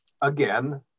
again